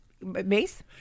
mace